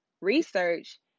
research